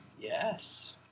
Yes